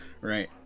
right